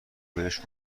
بهش